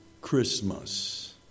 Christmas